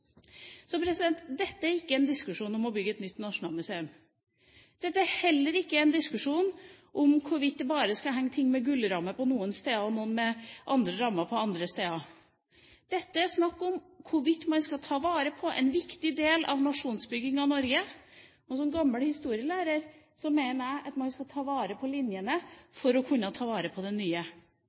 diskusjon om å bygge et nytt nasjonalmuseum. Dette er heller ikke en diskusjon om hvorvidt det bare skal henge ting med gullrammer noen steder, og noe med andre rammer på andre steder. Det er snakk om hvorvidt man skal ta vare på en viktig del av nasjonsbygginga i Norge. Som gammel historielærer mener jeg at man skal ta vare på linjene for å kunne ta vare på det nye.